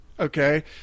Okay